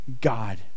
God